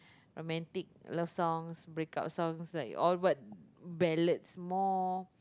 romantic love songs break up songs likes all word ballads more